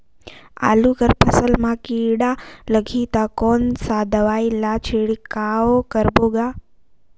आलू कर फसल मा कीरा लगही ता कौन सा दवाई ला छिड़काव करबो गा?